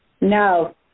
No